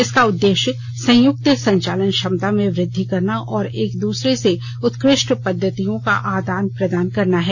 इसका उद्देश्य संयुक्त संचालन क्षमता में वृद्धि करना और एक दूसरे से उत्कृष्ट पद्वतियों का आदान प्रदान करना है